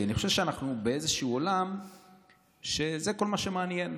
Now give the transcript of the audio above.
כי אני חושב שאנחנו באיזשהו עולם שזה כל מה שמעניין.